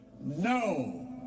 No